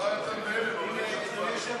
אדוני היושב-ראש,